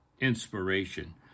inspiration